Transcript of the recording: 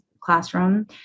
classroom